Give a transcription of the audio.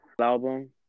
album